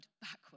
backwards